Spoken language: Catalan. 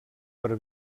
per